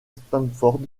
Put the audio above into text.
stanford